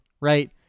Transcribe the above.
Right